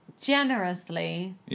generously